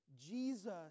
Jesus